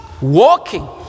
walking